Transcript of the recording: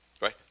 right